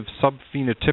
sub-phenotypic